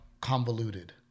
convoluted